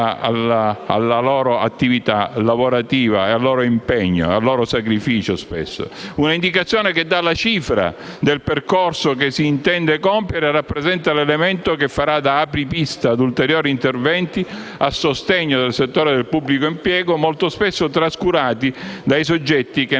alla loro attività lavorativa, al loro impegno e spesso anche al loro sacrificio. Tale indicazione dà la cifra del percorso che si intende compiere e rappresenta l'elemento che farà da apripista ad ulteriori interventi di sostegno a settori del pubblico impiego, molto spesso trascurati dai soggetti che